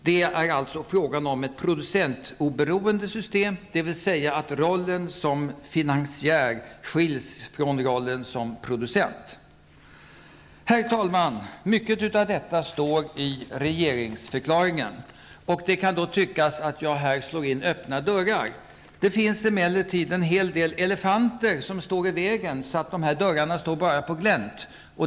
Det är alltså fråga om ett producentoberoende system, dvs. att rollen som finansiär skiljs från rollen som producent. Herr talman! Mycket av detta står i regeringsförklaringen. Det kan tyckas att jag här slår in öppna dörrar. Det finns emellertid en hel del elefanter som står i vägen och som gör att dessa dörrar bara står på glänt.